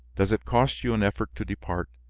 does it cost you an effort to depart?